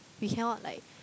we cannot like